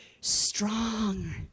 Strong